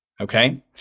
okay